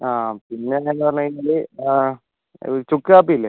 അതെ പിന്നെ എന്തെന്ന് പറഞ്ഞ് കഴിഞ്ഞാല് അതെ ചുക്ക് കാപ്പിയില്ലേ